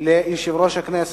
כבוד היושב-ראש,